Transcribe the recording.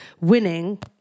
winning